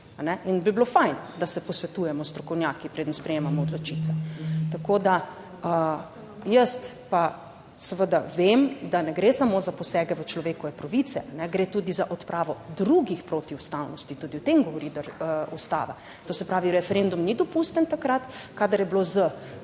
in bi bilo fajn, da se posvetujemo s strokovnjaki, preden sprejemamo odločitve. Jaz pa seveda vem, da ne gre samo za posege v človekove pravice, gre tudi za odpravo drugih protiustavnosti, tudi o tem govori ustava. To se pravi, referendum ni dopusten takrat, kadar je bilo z